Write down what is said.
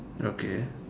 okay